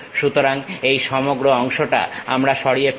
সুতরাং এই সমগ্র অংশটা আমরা সরিয়ে ফেলব